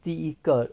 第一个